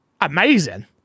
amazing